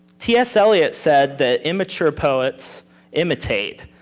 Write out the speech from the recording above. t s. eliot said that immature poets imitate,